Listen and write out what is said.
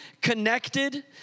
connected